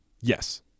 Yes